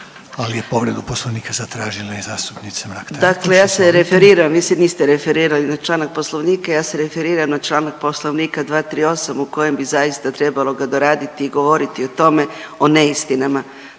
ali je povredu poslovnika zatražila i zastupnica Mrak Taritaš. **Mrak-Taritaš, Anka (GLAS)** Dakle, ja se referiram vi se niste referirali na čl. poslovnika ja se referiram na čl. poslovnika 238. u kojem bi zaista trebalo ga doraditi i govoriti o tome o neistinama.